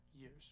years